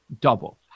double